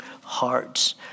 hearts